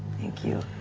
thank you.